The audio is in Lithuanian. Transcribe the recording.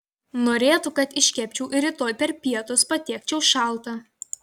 norėtų kad iškepčiau ir rytoj per pietus patiekčiau šaltą